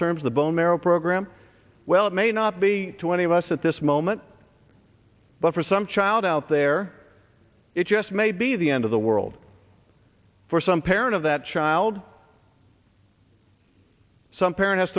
terms the bone marrow program well it may not be to any of us at this moment but for some child out there it just may be the end of the world for some parent of that child some parent has